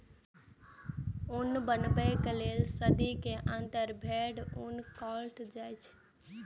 ऊन बनबै लए सर्दी के अंत मे भेड़क ऊन काटल जाइ छै